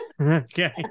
okay